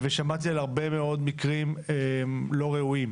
שמעתי על הרבה מאוד מקרים לא ראויים